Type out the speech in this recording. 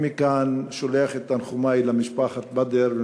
מכאן אני שולח את תנחומי למשפחת בדר,